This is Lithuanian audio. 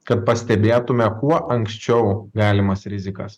kad pastebėtume kuo anksčiau galimas rizikas